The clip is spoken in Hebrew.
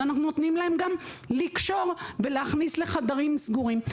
אנחנו נותנים להן לקשור ולהכניס לחדרים סגורים.